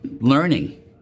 learning